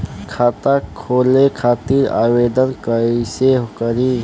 खाता खोले खातिर आवेदन कइसे करी?